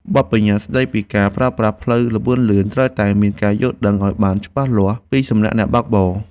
បទប្បញ្ញត្តិស្ដីពីការប្រើប្រាស់ផ្លូវល្បឿនលឿនត្រូវតែមានការយល់ដឹងឱ្យបានច្បាស់លាស់ពីសំណាក់អ្នកបើកបរ។